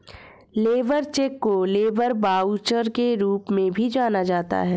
labour cheque को labour voucher के रूप में भी जाना जाता है